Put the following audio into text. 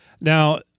Now